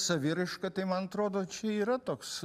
saviraiška tai man atrodo čia yra toks